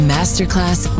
Masterclass